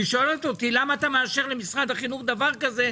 והיא שואלת אותי: למה אתה מאשר למשרד החינוך דבר כזה?